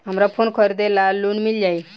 हमरा फोन खरीदे ला लोन मिल जायी?